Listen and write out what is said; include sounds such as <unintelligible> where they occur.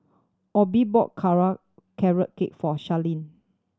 Obe bought <unintelligible> Carrot Cake for Sharleen